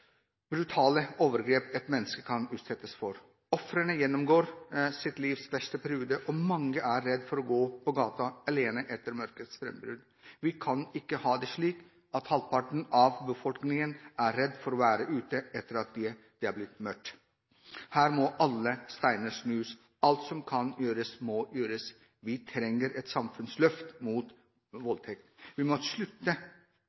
brutale overgrep et menneske kan utsettes for. Ofrene gjennomgår sitt livs verste periode, og mange er redde for å gå på gaten alene etter mørkets frambrudd. Vi kan ikke ha det slik at halvparten av befolkningen er redd for å være ute etter at det har blitt mørkt. Her må alle steiner snus. Alt som kan gjøres, må gjøres. Vi trenger et samfunnsløft mot